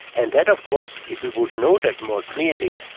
and that of course, if we would know that more clearly,